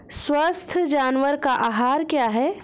स्वस्थ जानवर का आहार क्या है?